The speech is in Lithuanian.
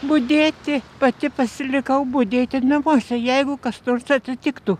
budėti pati pasilikau budėti namuose jeigu kas nors atsitiktų